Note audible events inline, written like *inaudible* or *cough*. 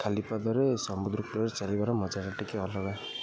ଖାଲି ପାଦରେ ସମୁଦ୍ର *unintelligible* ଚାଲିବାର ମଜାଟା ଟିକେ ଅଲଗା